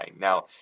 Now